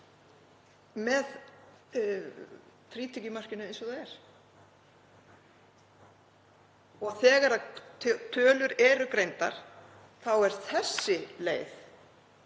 með frítekjumarkinu eins og það er. Þegar tölur eru greindar þá er þessi leið,